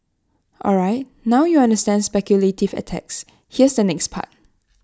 alright now you understand speculative attacks here's the next part